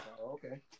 Okay